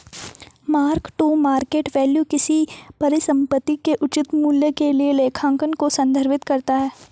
mark to market value किसी परिसंपत्ति के उचित मूल्य के लिए लेखांकन को संदर्भित करता है